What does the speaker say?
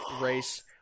race